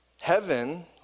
Heaven